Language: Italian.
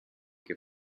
che